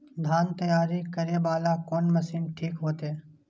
धान तैयारी करे वाला कोन मशीन ठीक होते?